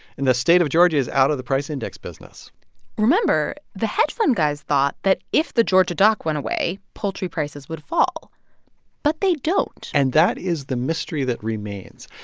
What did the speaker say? and the state of georgia is out of the price index business remember, the hedge fund guys thought that if the georgia dock went away, away, poultry prices would fall but they don't and that is the mystery that remains.